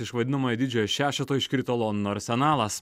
iš vadinamojo didžiojo šešeto iškrito londono arsenalas